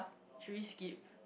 should we skip